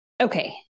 okay